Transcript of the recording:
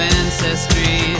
ancestry